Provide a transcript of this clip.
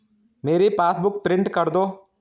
मेरी passbook print कर दो